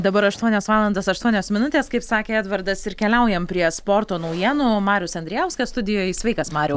dabar aštuonios valandos aštuonios minutės kaip sakė edvardas ir keliaujam prie sporto naujienų marius andrijauskas studijoj sveikas mariau